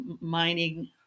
mining